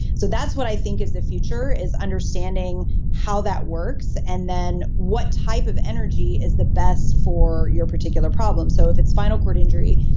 so that's what i think is the future is understanding how that works and then what type of energy is the best for your particular problem. so if it's spinal cord injury,